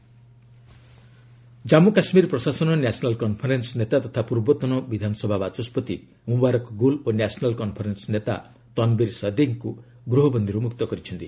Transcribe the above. JK leaders released Jammu Kashmir ପ୍ରଶାସନ National Conference ନେତା ତଥା ପୂର୍ବତନ ବିଧାନସଭା ବାଚସ୍କତି ମୁବାରକ ଗୁଲ ଓ ନ୍ୟାସନାଲ୍ କନ୍ଫରେନ୍ସ ନେତା ତନବୀର ସାଦିକ୍ଙ୍କୁ ଗୃହବନ୍ଦୀରୁ ମୁକ୍ତ କରିଛନ୍ତି